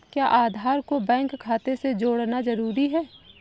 क्या आधार को बैंक खाते से जोड़ना जरूरी है?